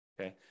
okay